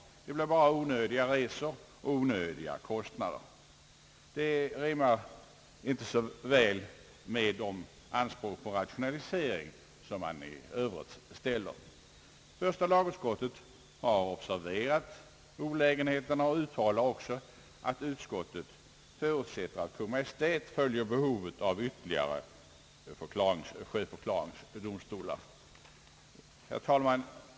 Detta medför bara onödiga resor och onödiga kostnader, och det rimmar inte så väl med de anspråk på rationalisering som man i övrigt ställer. Första lagutskottet har observerat dessa olägenheter och uttalar också att utskottet förutsätter att Kungl. Maj:t följer frågan om behovet av ytterligare sjöförklaringsdomstolar. Herr talman!